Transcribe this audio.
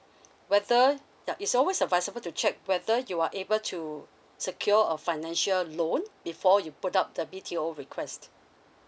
whether uh it's always advisable to check whether you are able to secure a financial loan before you put up the B T O request